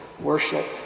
Worship